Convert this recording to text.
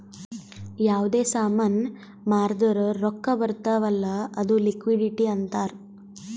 ಯಾವ್ದೇ ಸಾಮಾನ್ ಮಾರ್ದುರ್ ರೊಕ್ಕಾ ಬರ್ತಾವ್ ಅಲ್ಲ ಅದು ಲಿಕ್ವಿಡಿಟಿ ಅಂತಾರ್